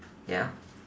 ya